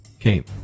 Okay